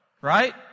Right